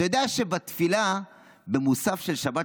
אתה יודע שבתפילה במוסף של שבת,